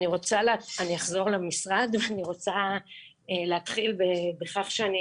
אחזור למשרד ואני רוצה להתחיל בכך שאני